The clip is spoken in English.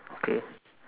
okay